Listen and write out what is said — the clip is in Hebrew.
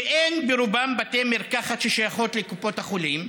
שברובם אין בתי מרקחת ששייכים לקופות החולים,